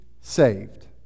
saved